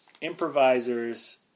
improvisers